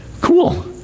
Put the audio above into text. Cool